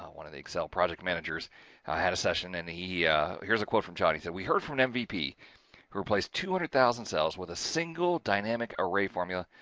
one of the excel project managers had a session and here's a quote from john. he said, we heard from an mvp who replaced two hundred thousand cells with a single dynamic array formula.